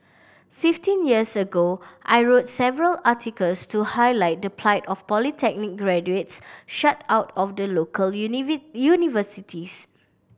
fifteen years ago I wrote several articles to highlight the plight of polytechnic graduates shut out of the local universities